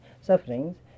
sufferings